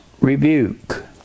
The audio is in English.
Rebuke